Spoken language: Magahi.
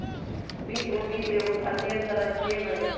बी.ओ.बी एगो भारतीय अंतरराष्ट्रीय बैंक हइ